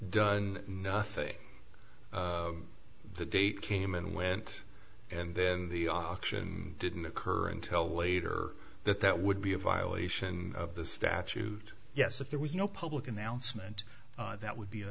done nothing the date came and went and then the auction didn't occur until later that that would be a violation of the statute yes if there was no public announcement that would be